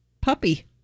puppy